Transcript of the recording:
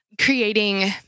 creating